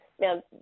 Now